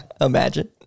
Imagine